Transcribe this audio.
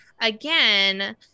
again